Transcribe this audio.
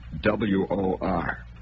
W-O-R